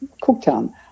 Cooktown